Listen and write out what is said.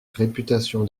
réputation